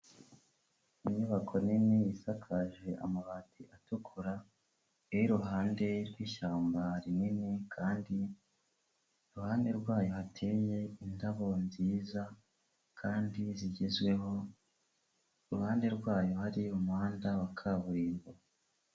Inyubako nini isakaje amabati atukura, iri iuhande rwishyamba rinini kandi iruhande rwayo hateye indabo nziza kandi zigezweho, iruhande rwayo hari umuhanda wa kaburimbo.